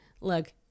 look